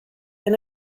and